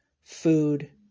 food